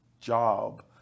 job